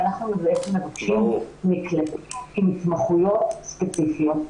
ואנחנו בעצם מבקשים מקלטים עם התמחויות ספציפיות.